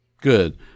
Good